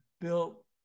built